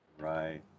Right